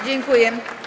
Dziękuję.